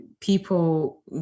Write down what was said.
people